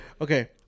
okay